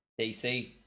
DC